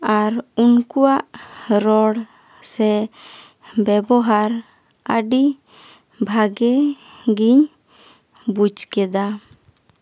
ᱟᱨ ᱩᱱᱠᱩᱣᱟᱜ ᱨᱚᱲ ᱥᱮ ᱵᱮᱵᱚᱦᱟᱨ ᱟᱹᱰᱤ ᱵᱷᱟᱹᱜᱮ ᱜᱤᱧ ᱵᱩᱡᱽ ᱠᱮᱫᱟ